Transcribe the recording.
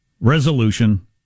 resolution